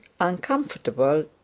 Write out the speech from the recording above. uncomfortable